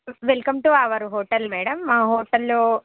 welcome to our hotel madam మా హోటల్లో